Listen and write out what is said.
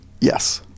Yes